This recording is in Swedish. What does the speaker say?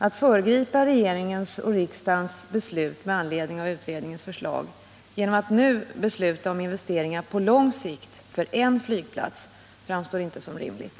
Att föregripa regeringens och riksdagens beslut med anledning av utredningens förslag genom att nu besluta om investeringar på lång sikt för en särskild flygplats framstår inte som rimligt.